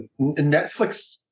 netflix